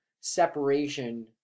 separation